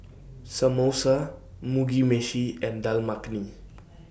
Samosa Mugi Meshi and Dal Makhani